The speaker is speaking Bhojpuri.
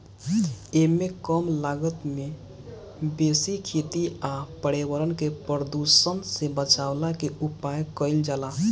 एमे कम लागत में बेसी खेती आ पर्यावरण के प्रदुषण से बचवला के उपाय कइल जाला